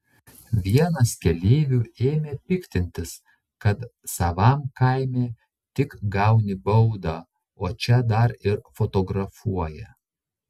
vienas keleivių ėmė piktintis kad savam kaime tik gauni baudą o čia dar ir fotografuoja